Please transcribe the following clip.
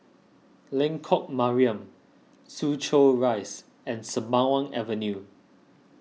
Lengkok Mariam Soo Chow Rise and Sembawang Avenue